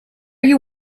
you